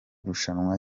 rushanwa